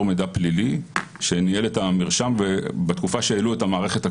מידע פלילי שניהל את המרשם בתקופה שהעלו את המערכת הקודמת.